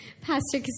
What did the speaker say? Pastor